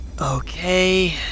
Okay